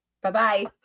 Bye-bye